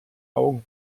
augen